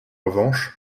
revanche